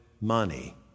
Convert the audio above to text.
money